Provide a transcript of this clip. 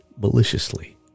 maliciously